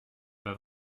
pas